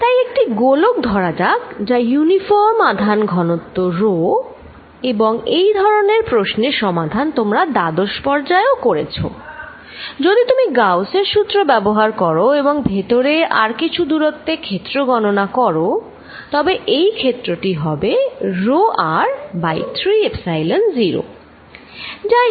তাই একটি গোলক ধরা যাক যার ইউনিফরম আধান ঘনত্ব রো এবং এই ধরনের প্রশ্নের সমাধান তোমরা দ্বাদশ পর্যায়ে করেছো যদি তুমি গাউসের সূত্র ব্যবহার করো এবং ভেতরে আর কিছু দূরত্বে ক্ষেত্র গণনা করো তবে এই ক্ষেত্রটি হবে rho r বাই 3 এপসাইলন 0